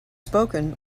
spoken